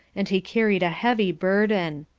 and he carried a heavy burden.